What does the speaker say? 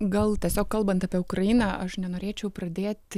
gal tiesiog kalbant apie ukrainą aš nenorėčiau pradėti